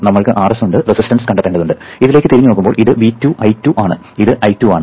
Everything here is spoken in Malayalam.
നമ്മൾക്ക് Rs ഉണ്ട് റെസിസ്റ്റൻസ് കണ്ടെത്തേണ്ടതുണ്ട് ഇതിലേക്ക് തിരിഞ്ഞുനോക്കുമ്പോൾ ഇത് V2 I2 ആണ് ഇത് I2 ആണ്